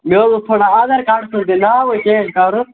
مےٚ حظ اوس تھوڑا آدھار کارڈَس حظ ناوٕے چینٛج کَرُن